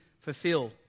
fulfilled